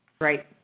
Right